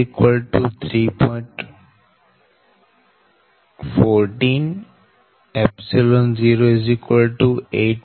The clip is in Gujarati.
14 0 8